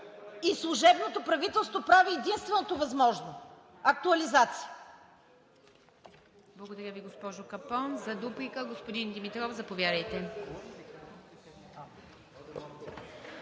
И служебното правителство прави единственото възможно – актуализация.